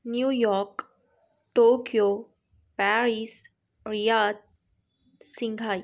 New York Tokyo Paris Riyadh Shanghai